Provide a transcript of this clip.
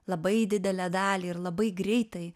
labai didelę dalį ir labai greitai